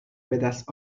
بدست